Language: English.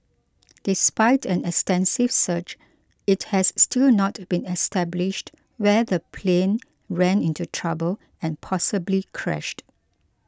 despite an extensive search it has still not been established where the plane ran into trouble and possibly crashed